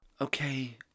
Okay